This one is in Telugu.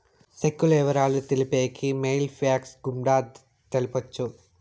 సెక్కుల ఇవరాలు తెలిపేకి మెయిల్ ఫ్యాక్స్ గుండా తెలపొచ్చు